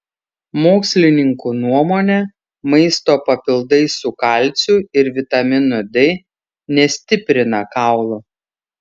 mokslininkų nuomone maisto papildai su kalciu ir vitaminu d nestiprina kaulų